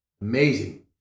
amazing